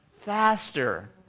faster